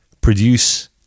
produce